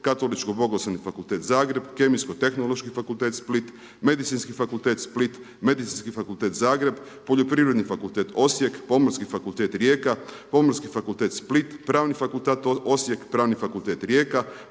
Katoličko-bogoslovni fakultet Zagreb, Kemijsko-tehnološki fakultet Split, Medicinski fakultet Split, Medicinski fakultet Zagreb, Poljoprivredni fakultet Osijek, Pomorski fakultete Rijeka, Pomorski fakultet Split, Pravni fakultet Osijek, Pravni fakultet Rijeka,